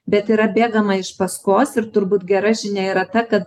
bet yra bėgama iš paskos ir turbūt gera žinia yra ta kad